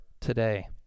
today